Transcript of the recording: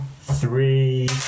three